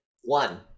One